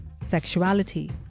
Sexuality